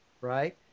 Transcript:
Right